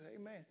amen